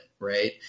Right